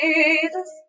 Jesus